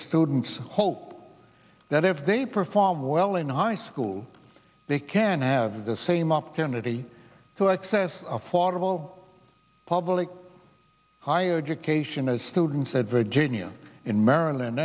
students hope that if they perform well in high school they can have the same opportunity to i says affordable public higher education as students at virginia in maryland